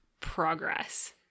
progress